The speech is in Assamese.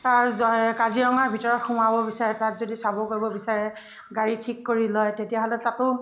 কাজিৰঙাৰ ভিতৰত সোমাব বিচাৰে তাত যদি চাব কৰিব বিচাৰে গাড়ী ঠিক কৰি লয় তেতিয়াহ'লে তাতো